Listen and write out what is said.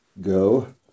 Go